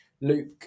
Luke